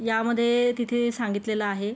यामध्ये तिथे सांगितलेलं आहे